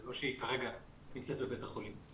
זה לא שהיא כרגע נמצאת בבית החולים.